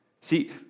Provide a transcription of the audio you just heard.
See